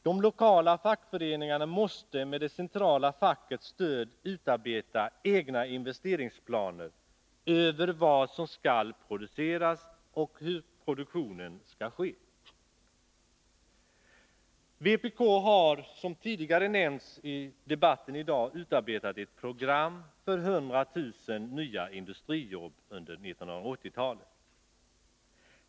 De lokala fackföreningarna måste med det centrala fackets stöd utarbeta egna investeringsplaner över vad som skall produceras och hur produktionen skall ske. Vpk har, som tidigare nämnts i debatten i dag, utarbetat ett program för 100 000 nya industrijobb under 1980-talet.